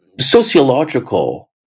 sociological